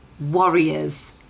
Warriors